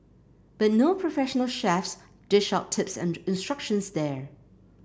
but no professional chefs dish out tips and instructions there